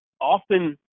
often